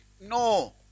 No